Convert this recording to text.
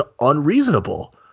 unreasonable